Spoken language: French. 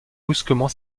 brusquement